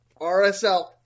RSL